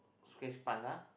square sponge ah